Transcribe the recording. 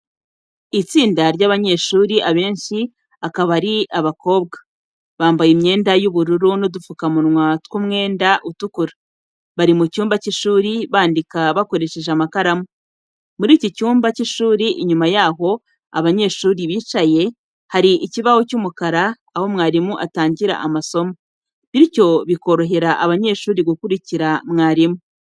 Itsinda ry'abanyeshuri abenshi akaba ari abakobwa, bambaye imyenda y'ubururu n'udupfukamunwa tw'umwenda utukura. Bari mu cyumba cy'ishuri bandika bakoresheje amakaramu. Muri iki cyumba cy'ishuri inyuma yaho abanyeshuri bicaye, hari ikibaho cy'umukara aho mwarimu atangira amasomo, bityo bikorohera abanyeshuri gukurikira mwarimu.